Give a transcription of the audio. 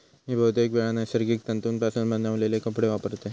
मी बहुतेकवेळा नैसर्गिक तंतुपासून बनवलेले कपडे वापरतय